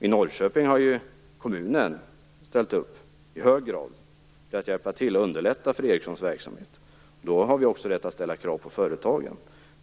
I Norrköping har kommunen ställt upp i hög grad för att hjälpa till och underlätta för Ericssons verksamhet. Då har vi också rätt att ställa krav på företagen.